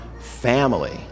family